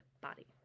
body